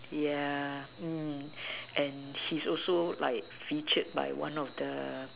yeah mm and he's also like featured like in one of the